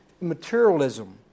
materialism